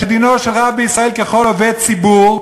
שדינו של רב בישראל כשל כל עובד ציבור,